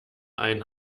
einen